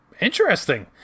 interesting